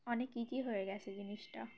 অনেক ইজি হয়ে গিয়েছে জিনিসটা